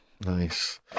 Nice